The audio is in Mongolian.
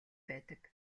байдаг